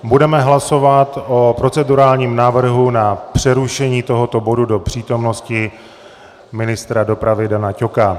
Budeme hlasovat o procedurálním návrhu na přerušení tohoto bodu do přítomnosti ministra dopravy Dana Ťoka.